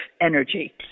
energy